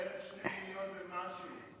בערך שני מיליון ומשהו,